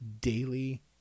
daily